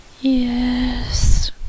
Yes